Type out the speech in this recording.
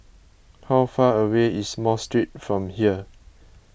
how far away is Mosque Street from here